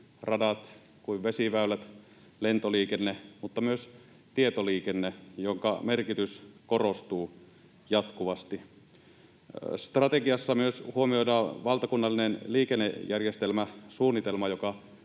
radat, vesiväylät kuin lentoliikenne, mutta myös tietoliikenne, jonka merkitys korostuu jatkuvasti. Strategiassa myös huomioidaan valtakunnallinen liikennejärjestelmäsuunnitelma,